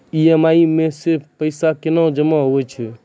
EMI मे जे पैसा केना जमा होय छै?